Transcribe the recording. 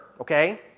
okay